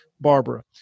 Barbara